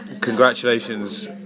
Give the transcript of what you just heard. congratulations